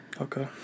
Okay